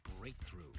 breakthrough